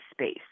space